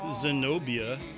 Zenobia